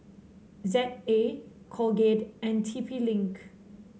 Z A Colgate and T P Link